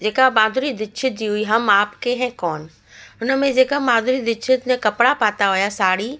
जेका माधुरी दिक्षित जी हुई हम आपके है कौन हुन में जेका माधुरी दिक्षित ने कपिड़ा पाता हुआ साड़ी